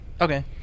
Okay